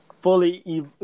fully